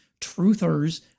truthers